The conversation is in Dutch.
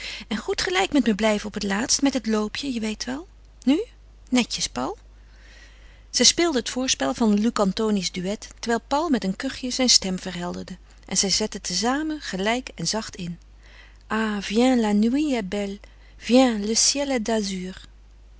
en goed gelijk met me blijven op het laatst met het loopje je weet wel nu netjes paul zij speelde het voorspel van lucantoni's duet terwijl paul met een kuchje zijn stem verhelderde en zij zetten te zamen gelijk en zacht in ah viens la